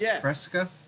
Fresca